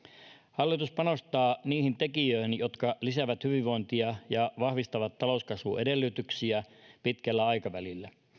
hallitus panostaa niihin tekijöihin jotka lisäävät hyvinvointia ja vahvistavat talouskasvun edellytyksiä pitkällä aikavälillä